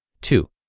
Two